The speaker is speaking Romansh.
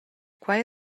quei